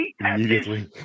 immediately